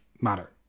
matter